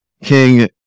King